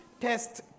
test